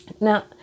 Now